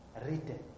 written